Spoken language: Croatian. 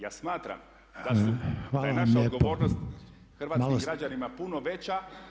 Ja smatram da su te naše odgovornosti hrvatskim građanima puno veća.